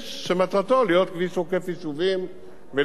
כביש עוקף יישובים ולהגיע במהירות.